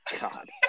God